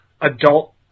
adult